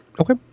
Okay